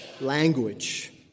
language